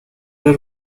are